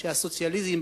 שיש בסוציאליזם,